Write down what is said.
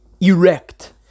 Erect